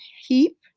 Heap